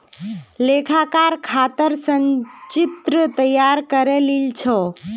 लेखाकार खातर संचित्र तैयार करे लील छ